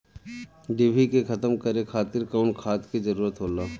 डिभी के खत्म करे खातीर कउन खाद के जरूरत होला?